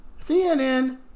CNN